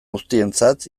guztientzat